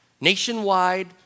Nationwide